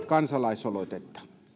kansalaisaloitetta